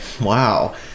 Wow